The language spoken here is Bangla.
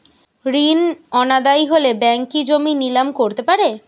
ঋণ অনাদায়ি হলে ব্যাঙ্ক কি জমি নিলাম করতে পারে?